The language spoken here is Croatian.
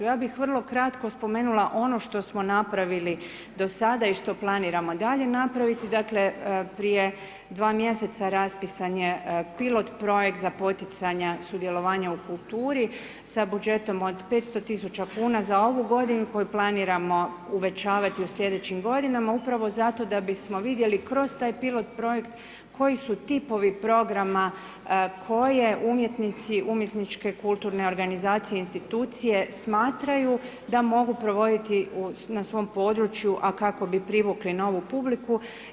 Ja bih vrlo kratko spomenula ono što smo napravili do sada i što planiramo dalje napraviti, dakle, prije sva mjeseca raspisan je pilot projekt za poticanja sudjelovanja u kulturi sa budžetom od 500 tisuća za ovu godinu koju planiramo uvećavati u slijedećim godinama upravo zato da bismo vidjeli kroz taj pilot projekt koji su tipovi programa koje umjetnici, umjetničke kulturne organizacije i institucije smatraju da mogu provoditi na svom području a kako bi privukli novu publiku.